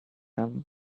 come